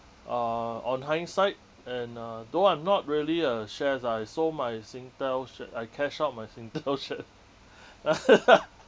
uh on hindsight and uh though I'm not really on shares ah ya so my singtel should I cash out my singtel should